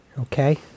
okay